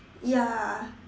ya